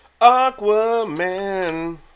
Aquaman